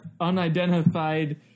unidentified